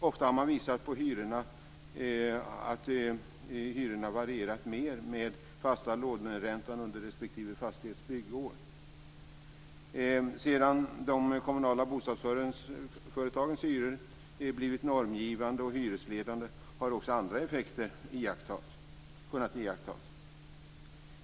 Ofta har man visat på att hyrorna har varierat mer med den fasta låneräntan under respektive fastighets byggår. Sedan de kommunala bostadsföretagens hyror har blivit normgivande och hyresledande har också andra effekter kunnat iakttas.